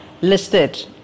listed